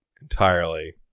entirely